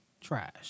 trash